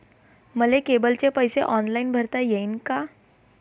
मले केबलचे पैसे ऑनलाईन भरता येईन का?